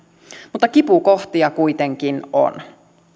mutta kipukohtia kuitenkin on